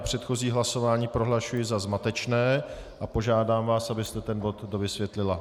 Předchozí hlasování prohlašuji za zmatečné a požádám vás, abyste ten bod dovysvětlila.